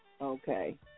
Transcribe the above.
Okay